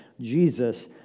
Jesus